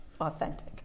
authentic